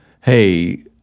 hey